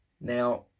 Now